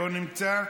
לא נמצא,